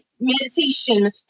meditation